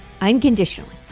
unconditionally